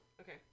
Okay